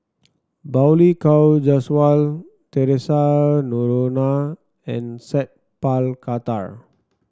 Balli Kaur Jaswal Theresa Noronha and Sat Pal Khattar